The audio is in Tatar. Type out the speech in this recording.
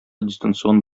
дистанцион